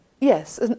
Yes